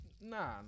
Nah